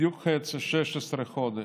בדיוק חצי, 16 חודש,